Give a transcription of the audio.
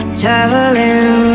traveling